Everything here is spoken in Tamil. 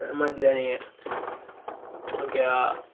ஏமாற்றிடாதீங்க ஓகேவா